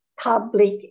public